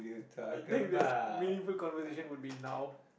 I think that meaningful conversation would be now